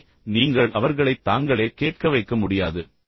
எனவே நீங்கள் அவர்களைத் தாங்களே கேட்க வைக்க முடியாது